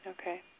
Okay